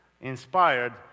inspired